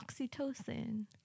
oxytocin